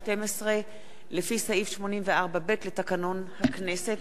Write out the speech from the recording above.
לפי סעיף 84(ב) לתקנון הכנסת, מטעם ועדת הכלכלה.